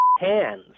hands